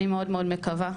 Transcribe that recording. אני מאוד מאוד מקווה.